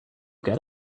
get